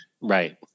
Right